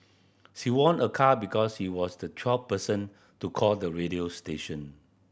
she won a car because he was the twelfth person to call the radio station